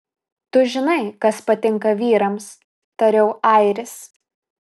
tu žinai kas patinka vyrams tariau airis